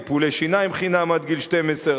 טיפולי שיניים חינם עד גיל 12,